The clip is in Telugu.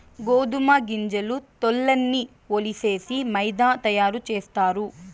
గోదుమ గింజల తోల్లన్నీ ఒలిసేసి మైదా తయారు సేస్తారు